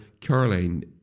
Caroline